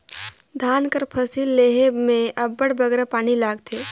धान कर फसिल लेहे में अब्बड़ बगरा पानी लागथे